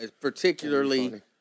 Particularly